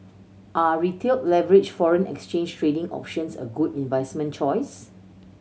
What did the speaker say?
are Retail leveraged foreign exchange trading options a good investment choice